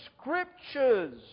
Scriptures